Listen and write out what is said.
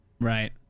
Right